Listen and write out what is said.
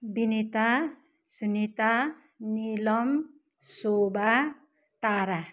Vinita Sunita Neelam Shobha Tara